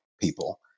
people